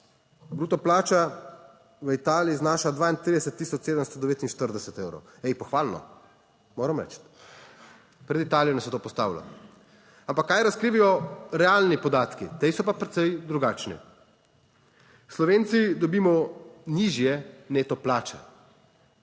Bruto plača v Italiji znaša 32 tisoč 749 evrov. Ej, pohvalno, moram reči. Pred Italijo nas to postavlja. Ampak kaj razkrivajo realni podatki, ti so pa precej drugačni. Slovenci dobimo nižje neto plače,